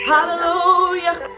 Hallelujah